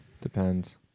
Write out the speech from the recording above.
depends